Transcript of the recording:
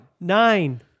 Nine